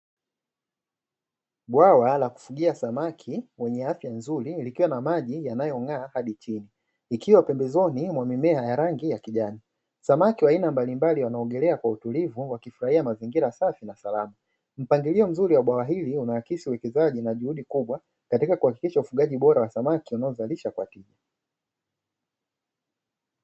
Bwawa la kufugia samaki wenye afya nzuri likiwa na maji yanayong'aa hadi chini, ikiwa pembezoni mwa mimea ya rangi ya kijani. Samaki wa aina mbalimbali wanaogelea kwa utulivu wakifurahia mazingira safi na salama. Mpangilio mzuri wa bwawa hili unaakisi uwekezaji na juhudi kubwa katika kuhakikisha ufugaji bora wa samaki unaozalisha kwa tija.